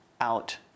out